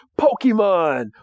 Pokemon